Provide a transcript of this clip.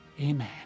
Amen